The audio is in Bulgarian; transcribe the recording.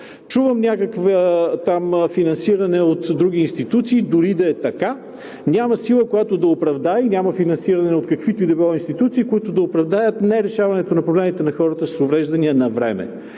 Чувам някакво там финансиране от други институции. Дори да е така, няма сила, която да оправдае, и няма финансиране от каквито и да било институции, които да оправдаят нерешаването на проблемите на хората с увреждания навреме.